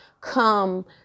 come